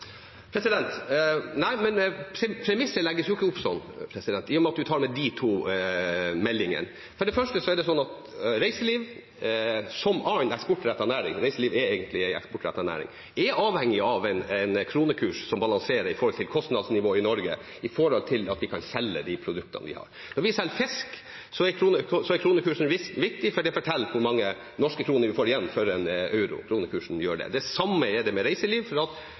Nei. Men premisset legges jo ikke opp slik, i og med at en tar med de to meldingene. For det første er det slik at reiseliv, som annen eksportrettet næring – reiseliv er egentlig en eksportrettet næring – er avhengig av en kronekurs som balanserer i forhold til kostnadsnivået i Norge, for at vi kan selge de produktene vi har. Når vi selger fisk, er kronekursen viktig, for det forteller hvor mange norske kroner vi får igjen for en euro – kronekursen gjør det. Det samme er det med reiseliv, for at